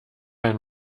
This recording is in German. ein